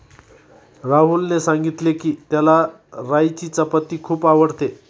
राहुलने सांगितले की, त्याला राईची चपाती खूप आवडते